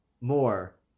more